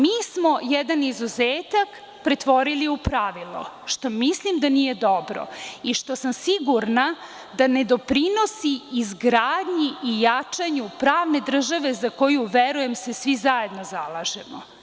Mi smo jedan izuzetak pretvorili u pravilo, što mislim da nije dobro i što sam sigurna da ne doprinosi izgradnji i jačanju pravne države za koju verujem se svi zajedno zalažemo.